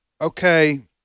okay